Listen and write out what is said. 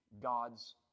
God's